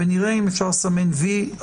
ונראה אם אפשר לסמן "וי"